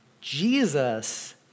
Jesus